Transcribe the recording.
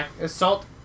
Assault